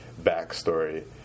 backstory